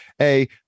A-